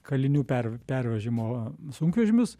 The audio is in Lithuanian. kalinių per pervežimo sunkvežimius